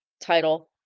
title